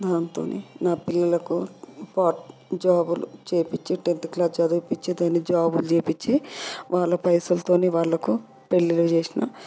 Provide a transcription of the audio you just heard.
దాని తోని నా పిల్లలకు పార్ట్ జాబులు చేయించి టెన్త్ క్లాస్ చదివించి దాన్ని జాబులు చేయించి వాళ్ళ పైసల్ తోని వాళ్ళకు పెళ్ళిళ్ళు చేసిన